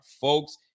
folks